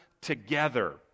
together